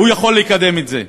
והוא יכול לקדם את זה,